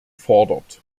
fordert